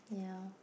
ya